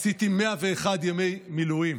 עשיתי 101 ימי מילואים,